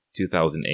2008